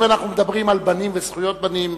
אם אנחנו מדברים על בנים וזכויות בנים,